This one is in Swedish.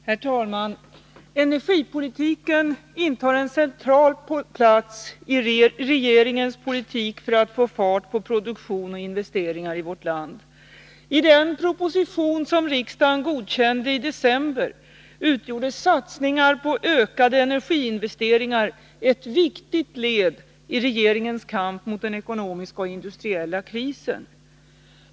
Herr talman! Energipolitiken intar en central plats i regeringens politik för att få fart på produktion och investeringar i vårt land. I den proposition som riksdagen godkände i december utgjorde satsningar på ökade energiinvesteringar ett viktigt led i regeringens kamp mot den ekonomiska och industriella krisen.